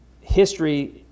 history